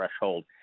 threshold